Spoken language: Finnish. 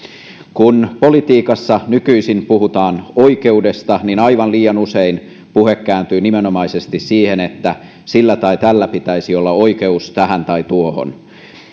kun politiikassa nykyisin puhutaan oikeudesta niin aivan liian usein puhe kääntyy nimenomaisesti siihen että sillä tai tällä pitäisi olla oikeus tähän tai tuohon